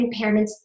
impairments